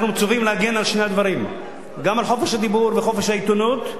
אנחנו מצווים להגן על שני הדברים: גם על חופש הדיבור וחופש העיתונות,